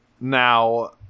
Now